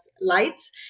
lights